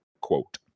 quote